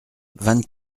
vingt